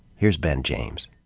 here's ben james.